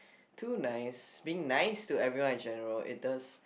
too nice being nice to everyone in general it does